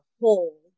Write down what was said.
whole